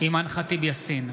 אימאן ח'טיב יאסין,